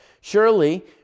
Surely